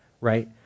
right